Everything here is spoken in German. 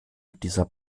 dieser